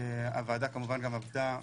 הוועדה עבדה,